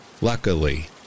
Luckily